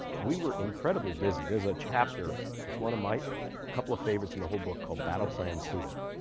we were incredibly busy. there's a chapter it's one of my couple of favorites in the whole book called battle plan pluto,